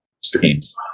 streams